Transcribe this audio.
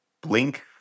Blink